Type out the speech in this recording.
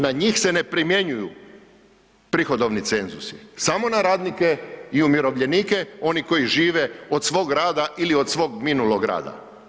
Njima, na njih se ne primjenjuju prihodovni cenzusi, samo na radnike i umirovljenike, oni koji žive od svog rada ili od svog minulog rada.